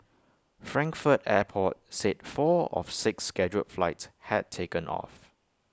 Frankfurt airport said four of six scheduled flights had taken off